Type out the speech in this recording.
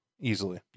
easily